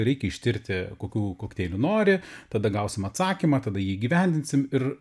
reikia ištirti kokių kokteilių nori tada gausim atsakymą tada įgyvendinsim ir